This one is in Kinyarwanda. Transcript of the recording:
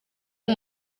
ari